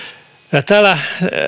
ja täällä